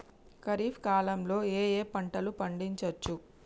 ఖరీఫ్ కాలంలో ఏ ఏ పంటలు పండించచ్చు?